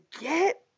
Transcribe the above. get